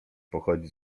pochodzi